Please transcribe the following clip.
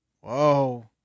Whoa